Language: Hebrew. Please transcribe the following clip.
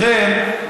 לכן,